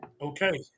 okay